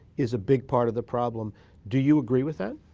is a big part of the problem. do you agree with that?